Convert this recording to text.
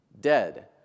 Dead